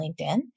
LinkedIn